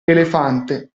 elefante